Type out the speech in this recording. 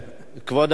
כבוד השר,